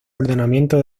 ordenamiento